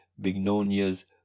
bignonias